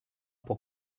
pour